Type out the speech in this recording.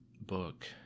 book